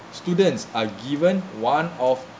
students are given one of